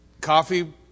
coffee